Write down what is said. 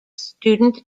student